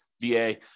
VA